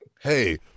Hey